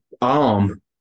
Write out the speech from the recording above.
arm